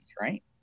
right